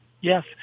yes